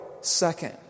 second